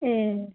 ए